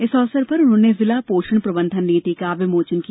इस अवसर पर उन्होंने जिला पोषण प्रबंधन रणनीति का विमोचन किया